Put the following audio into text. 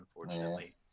unfortunately